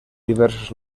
diverses